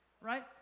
Right